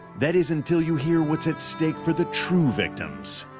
that is until you hear what is at stake for the true victims.